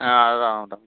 ஆ அது தான் அதான்